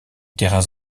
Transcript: terrains